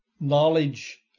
knowledge